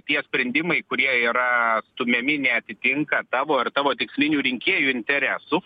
tie sprendimai kurie yra stumiami neatitinka tavo ir tavo tikslinių rinkėjų interesų